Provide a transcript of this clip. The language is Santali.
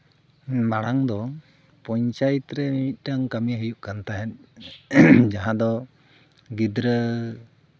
ᱢᱟᱲᱟᱝ ᱫᱚ ᱯᱚᱧᱪᱟᱭᱮᱛ ᱨᱮ ᱢᱤᱫᱴᱟᱝ ᱠᱟᱹᱢᱤ ᱦᱩᱭᱩᱜ ᱠᱟᱱ ᱛᱟᱦᱮᱸᱜ ᱡᱟᱦᱟᱸ ᱫᱚ ᱜᱤᱫᱽᱨᱟᱹ